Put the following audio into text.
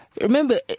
remember